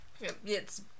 It's-